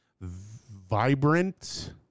vibrant